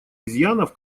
изъянов